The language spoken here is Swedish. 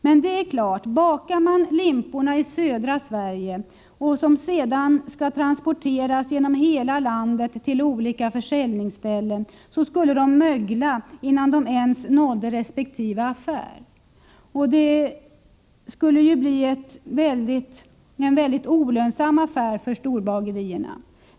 Men det är klart, bakar man limpor i södra Sverige som sedan skall transporteras genom hela landet till olika försäljningsställen, så skulle de mögla innan de ens nådde resp. affär. Och det skulle ju bli en väldigt olönsam affär för storbagerierna.